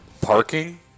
Parking